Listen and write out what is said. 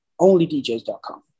onlydjs.com